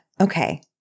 Okay